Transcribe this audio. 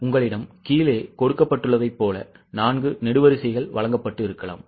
உங்களிடம் கீழே கொடுக்கப்பட்டுள்ளதைப்போல 4 நெடுவரிசைகள் வழங்கப்பட்டு இருக்கலாம்